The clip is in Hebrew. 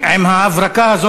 עם ההברקה הזאת,